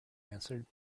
answered